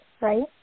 Right